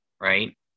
Right